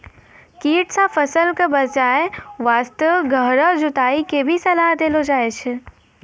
कीट सॅ फसल कॅ बचाय वास्तॅ गहरा जुताई के भी सलाह देलो जाय छै